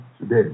today